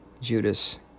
Judas